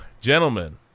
Gentlemen